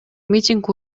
митинг